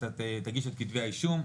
תגיש את כתבי האישום.